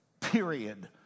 period